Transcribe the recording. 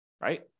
right